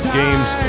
games